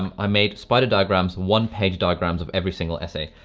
i made spider diagrams, one-page diagrams of every single essay.